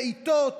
בעיטות,